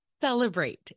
celebrate